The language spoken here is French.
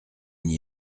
n’y